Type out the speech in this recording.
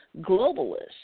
globalists